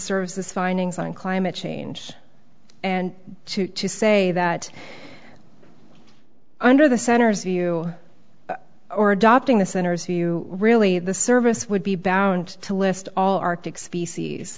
services findings on climate change and to say that under the center's view or adopting the centers you really the service would be bound to list all arctic species